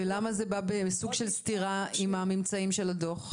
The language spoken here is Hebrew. ולמה זה בא בסוג של סתירה עם הממצאים של הדוח?